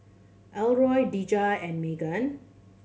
Elroy Dejah and Meghan